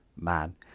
man